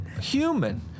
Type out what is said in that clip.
human